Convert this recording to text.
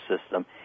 system